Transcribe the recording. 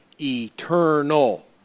Eternal